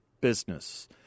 business